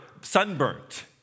sunburnt